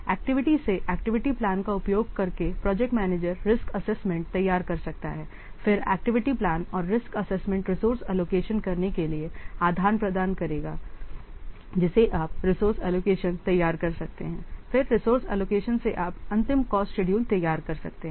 activity से activity plan का उपयोग करके प्रोजेक्ट मैनेजर रिस्क एसेसमेंट तैयार कर सकता है फिर एक्टिविटी प्लान और रिस्क एसेसमेंट रिसोर्स एलोकेशन करने के लिए आधार प्रदान करेगा जिसे आप रिसोर्स एलोकेशन तैयार कर सकते हैंफिर रिसोर्स एलोकेशन से आप अंतिम कॉस्ट शेड्यूल तैयार कर सकते हैं